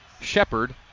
Shepard